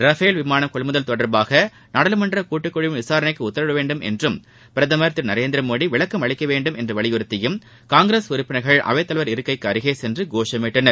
Rafale விமானம் கொள்முதல் தொடர்பாக நாடாளுமன்ற கூட்டுக்குழுவின் விசாரணைக்கு உத்தரவிட வேண்டும் என்றும் பிரதமர் திரு நரேந்திர மோடி விளக்கம் அளிக்க வேண்டும் என்றுவலியுறுத்தியும் காங்கிரஸ் உறுப்பினர்கள் அவைத் தலைவர் இருக்கைக்கு அருகே சென்று கோஷமிட்டனர்